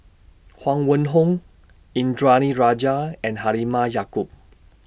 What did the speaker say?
Huang Wenhong Indranee Rajah and Halimah Yacob